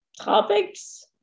topics